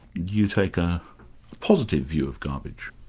you take a positive view of garbage,